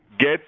get